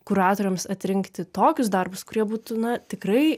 kuratoriams atrinkti tokius darbus kurie būtų na tikrai